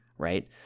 right